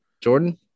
jordan